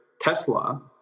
Tesla